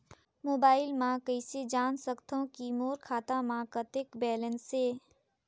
Mobile म कइसे जान सकथव कि मोर खाता म कतेक बैलेंस से?